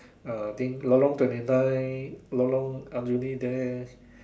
uh think Lorong twenty nine Lorong Aljunied there